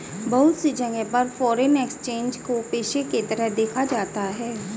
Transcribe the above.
बहुत सी जगह पर फ़ोरेन एक्सचेंज को पेशे के तरह देखा जाता है